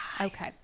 Okay